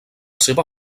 seva